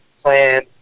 plan